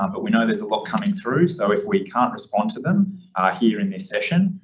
um but we know there's a lot coming through, so if we can't respond to them here in this session,